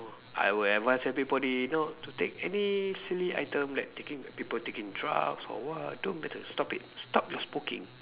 I will advice everybody not to take any silly item like taking people taking drugs or what don't better stop it stop your smoking